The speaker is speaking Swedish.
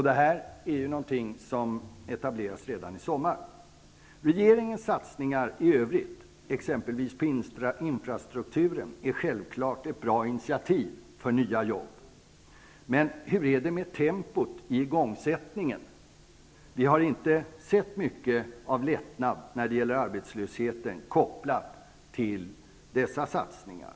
Detta är något som etableras redan i sommar. Regeringens satsningar i övrigt, exempelvis på infrastrukturen, är självklart ett bra initiativ för nya jobb. Men hur är det med tempot för igångsättningen? Vi har inte sett mycket av lättnad när det gäller arbetslösheten, kopplad till dessa satsningar.